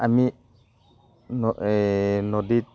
আমি ন নদীত